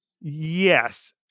Yes